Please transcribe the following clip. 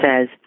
says